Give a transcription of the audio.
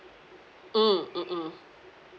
mm mm mm